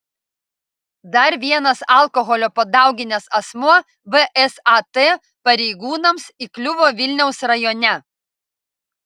dar vienas alkoholio padauginęs asmuo vsat pareigūnams įkliuvo vilniaus rajone